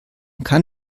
kann